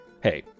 Hey